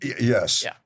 Yes